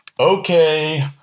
Okay